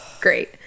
Great